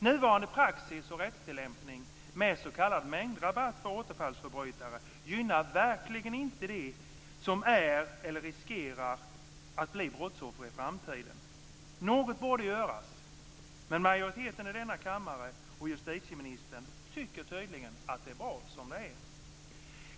Nuvarande praxis och rättstillämpning med s.k. mängdrabatt för återfallsförbrytare gynnar verkligen inte de som är eller riskerar att bli brottsoffer i framtiden. Något borde göras, men majoriteten i denna kammare och justitieministern tycker tydligen att det är bra som det är.